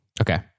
Okay